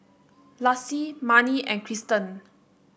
Lassie Marnie and Cristen